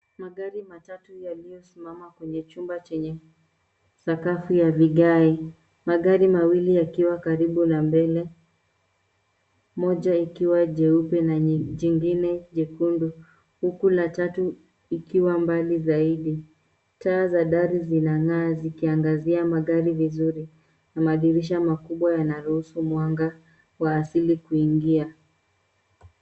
Magari matatu yaliyosimama kwenye sakafu ya vigae. Magari mawili yakiwa karibu na mbele. Moja ikiwa jeupe na jengine jekundu huku la tatu ikiwa mbali zaidi. Taa za dari zinang'aa ikiangazia magari vizuri na madirisha makubwa yanarusu mwanga wa asili kuingia.